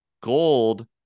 gold